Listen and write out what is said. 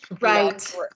Right